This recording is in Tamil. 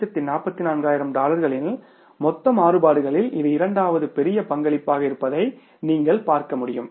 144000 டாலர்களின் மொத்த மாறுபாடுகளில் இது இரண்டாவது பெரிய பங்களிப்பாக இருப்பதை நீங்கள் பார்க்க முடியும்